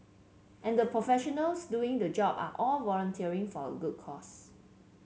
and the professionals doing the job are all volunteering for a good cause